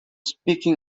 speaking